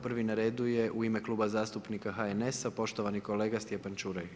Prvi na redu je u ime Kluba zastupnika HNS-a poštovani kolega Stjepan Čuraj.